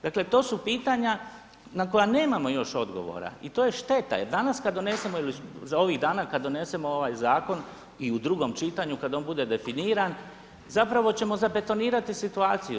Dakle, to su pitanja na koja nemamo još odgovora i to je šteta, jer danas kad donesemo ili za ovih dana kad donesemo ovaj zakon i u drugom čitanju kad on bude definiran zapravo ćemo zabetonirati situaciju.